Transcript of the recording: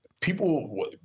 people